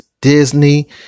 Disney